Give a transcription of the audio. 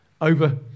Over